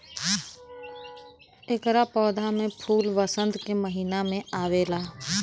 एकरा पौधा में फूल वसंत के महिना में आवेला